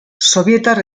sobietar